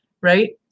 Right